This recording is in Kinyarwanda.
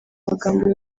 magambo